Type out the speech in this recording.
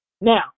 Now